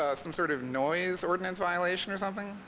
of some sort of noise ordinance violation or something